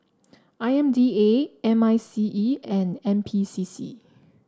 I M D A M I C E and N P C C